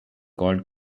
called